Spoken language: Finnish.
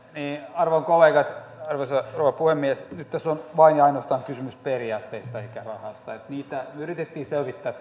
arvon kollegat arvoisa rouva puhemies nyt tässä on vain ja ainoastaan kysymys periaatteesta eikä rahasta sitä yritettiin selvittää